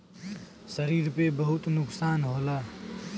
शरीर पे बहुत नुकसान होला